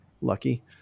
Lucky